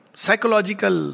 psychological